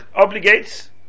obligates